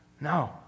no